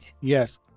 Yes